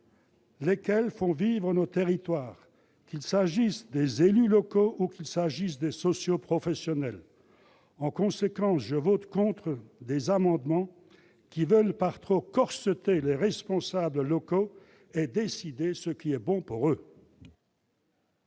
lesquels font vivre nos territoires, qu'il s'agisse des élus ou des socioprofessionnels. En conséquence, je voterai contre des amendements par lesquels on veut par trop corseter les responsables locaux et décider ce qui est bon pour eux